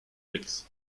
licks